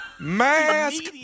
Mask